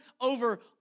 over